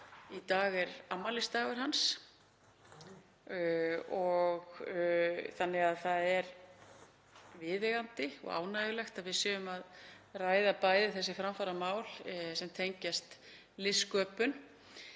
í dag er afmælisdagur hans. Því er viðeigandi og ánægjulegt að við séum að ræða bæði þessi framfaramál sem tengjast listsköpun.